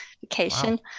vacation